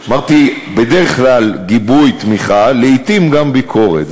אמרתי: בדרך כלל גיבוי ותמיכה, לעתים גם ביקורת.